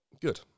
Good